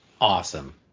Awesome